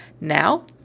now